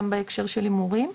גם בהקשר של הימורים.